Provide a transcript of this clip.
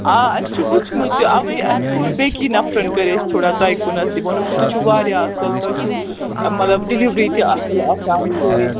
آ اَسہِ چھُ وُچھمُت یہِ اَوے اَسہِ کوٚر بیٚیِی نَفرَن کٔرۍ اَسۍ تھوڑا تۄہہِ کُنَتھ تہٕ ووٚنُکھ تُہۍ چھِو واریاہ اَصٕل تۄہہِ چھُ مطلب ڈِلِوری تہِ اَصٕل آسان سُے